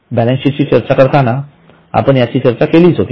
balance sheet ची चर्चा करताना आपण याची चर्चा केलीच होती